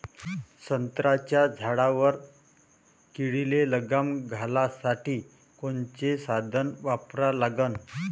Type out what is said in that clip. संत्र्याच्या झाडावर किडीले लगाम घालासाठी कोनचे साधनं वापरा लागन?